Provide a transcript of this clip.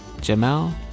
Jamal